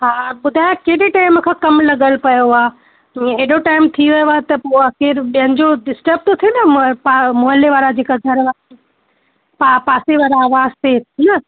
हा ॿुधायो केॾे टेम खां कमु लॻियल पियो आहे हीअं हेॾो टेम थी वियो आहे त केर ॿियनि जो डिस्टब थो थिए न प मो मोहल्ले वारा जेका घर वारा हुआ पासे वारा आवाज़ ते हान